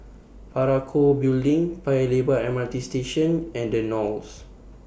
Parakou Building Paya Lebar M R T Station and The Knolls